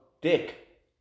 dick